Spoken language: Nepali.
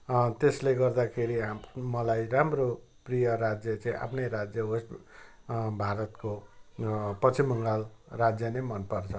त्यसले गर्दाखेरि मलाई राम्रो प्रिय राज्य चाहिँ आफ्नै राज्य वेस्ट भारतको पश्चिम बङ्गाल राज्य नै मनपर्छ